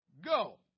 go